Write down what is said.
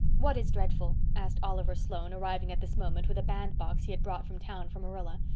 what is dreadful? asked oliver sloane, arriving at this moment with a bandbox he had brought from town for marilla.